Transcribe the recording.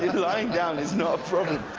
lying down is no problem.